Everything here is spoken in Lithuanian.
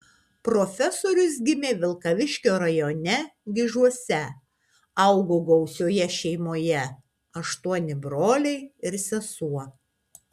profesorius gimė vilkaviškio rajone gižuose augo gausioje šeimoje aštuoni broliai ir sesuo